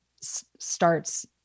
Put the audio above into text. starts